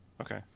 Okay